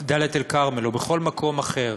או בכל מקום אחר,